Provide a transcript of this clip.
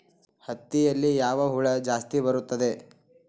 ಹತ್ತಿಯಲ್ಲಿ ಯಾವ ಹುಳ ಜಾಸ್ತಿ ಬರುತ್ತದೆ?